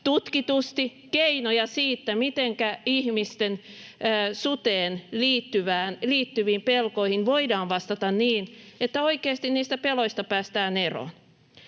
tutkitusti, keinoja siihen, mitenkä ihmisten suteen liittyviin pelkoihin voidaan vastata niin, että oikeasti niistä peloista päästään eroon.